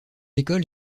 école